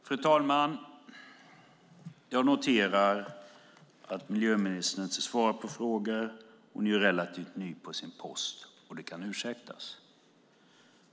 Fru talman! Jag noterar att miljöministern inte svarar på frågor. Hon är relativt ny på sin post, så det kan ursäktas.